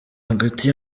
hagati